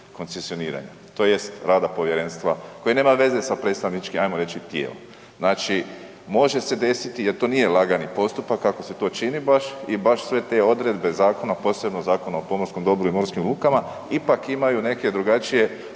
koncesioniranja tj. rada povjerenstva koje nema veze sa predstavničkim, ajmo reći tijela. Znači može se desiti jer to nije lagani postupak kako se to čini baš i baš sve te odredbe zakona, a posebno Zakona o pomorskom dobru i morskim lukama ipak imaju neke drugačije